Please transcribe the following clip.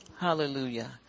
Hallelujah